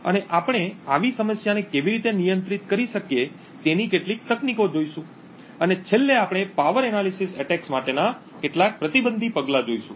અને આપણે આવી સમસ્યાને કેવી રીતે નિયંત્રિત કરી શકીએ તેની કેટલીક તકનીકો જોશું અને છેલ્લે આપણે પાવર એનાલિસિસ એટેક્સ માટેના કેટલાક પ્રતિબંધી પગલાં જોઈશું